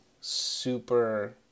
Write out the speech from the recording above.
super